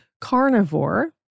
Carnivore